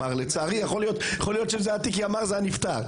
לצערי יכול להיות שאם זה היה תיק ימ"ר זה היה נפתר.